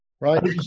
right